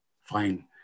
fine